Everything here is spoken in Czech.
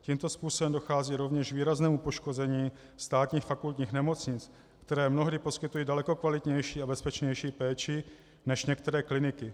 Tímto způsobem dochází rovněž k výraznému poškození státních fakultních nemocnic, které mnohdy poskytují daleko kvalitnější a bezpečnější péči než některé kliniky.